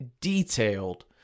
detailed